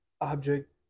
object